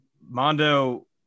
Mondo